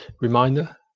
Reminder